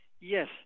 yes